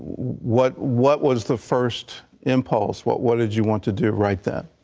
what what was the first and polls what what did you want to do right that.